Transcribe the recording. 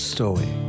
Story